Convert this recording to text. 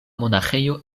monaĥejo